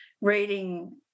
Reading